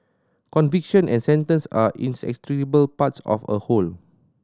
conviction and sentence are inextricable parts of a whole